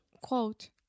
Quote